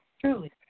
truly